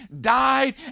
died